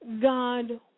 God